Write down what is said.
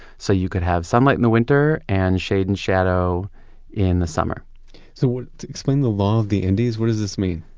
so you could have sunlight in the winter and shade and shadow in the summer so explain the law of the indies. what does this mean?